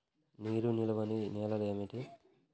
నీరు నిలువని నేలలు ఏమిటి?